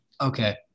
Okay